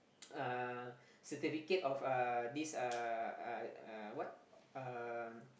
uh certificate of uh this uh uh uh what um